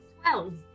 twelve